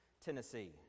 Tennessee